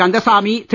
Kandasamy Thiru